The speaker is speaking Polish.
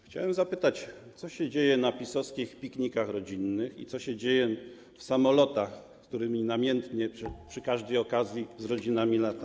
Chciałbym zapytać, co się dzieje na PiS-owskich piknikach rodzinnych i co się dzieje w samolotach, którymi namiętnie przy każdej okazji z rodzinami latacie.